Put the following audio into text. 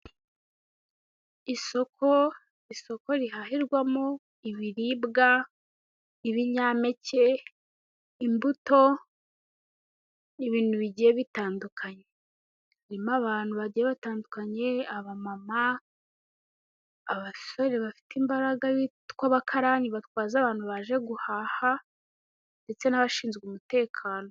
Isoko, isoko riharihirwamo ibiribwa, ibinyampeke, imbuto, ibintu bigiye bitandukanye haririmo abantu bagiye batandukanye. Abamama, abasore bafite imbaraga bitwa abakarani batwaza abantu baje guhaha ndetse n'abashinzwe umutekano